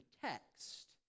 text